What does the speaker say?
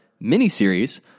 mini-series